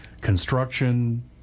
construction